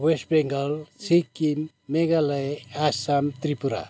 West Bengal Sikkim Meghalaya Assam Tripura